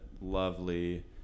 lovely